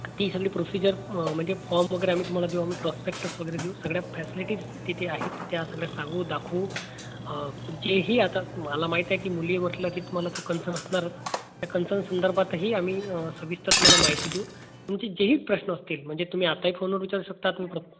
ती सगळी प्रोसिजर म्हणजे फॉर्म वगैरे आम्ही तुम्हाला देऊ आम्ही प्रॉस्पक्टस वगैरे देऊ सगळ्या फॅसिलिटीज तिथे आहेत त्या सगळ्या सांगू दाखवू जेही आता मला माहिती आहे की मुली म्हटलं ती तुम्हाला तो कन्सर्न असणारच त्या कन्सर्न संदर्भातही आम्ही सविस्तर तुम्हाला माहिती देऊ तुमचे जेही प्रश्न असतील म्हणजे तुम्ही आताही फोनवर विचार शकता तुम्ही प्र